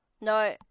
No